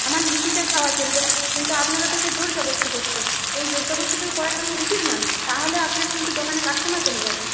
আমার লুচিটা খাওয়া চলবে কিন্তু আপনারা তো এটা জোড় জবরদস্তি করছেন এই জোড় জবরদস্তি তো করা উচিত নয় তাহলে আপনার কিন্তু দোকানে কাস্টোমার কমে যাবে